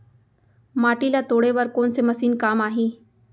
माटी ल तोड़े बर कोन से मशीन काम आही?